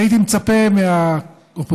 הייתי מצפה מהאופוזיציה,